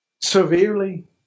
severely